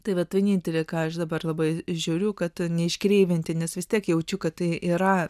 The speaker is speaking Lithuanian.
tai vat vienintelė ką aš dabar labai žiūriu kad ne iškreivinti nes vis tiek jaučiu kad tai yra